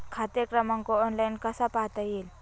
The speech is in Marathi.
खाते क्रमांक ऑनलाइन कसा पाहता येईल?